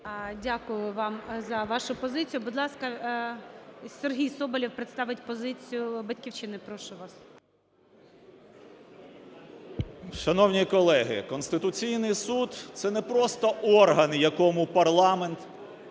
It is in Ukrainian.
Дякую вам за вашу позицію. Будь ласка, Сергій Соболєв представить позицію "Батьківщини". Прошу вас. 17:34:36 СОБОЛЄВ С.В. Шановні колеги, Конституційний Суд – це не просто орган, якому парламент,